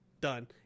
done